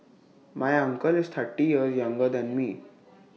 my uncle is thirty years younger than me